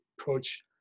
approach